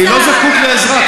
אני לא זקוק לעזרה,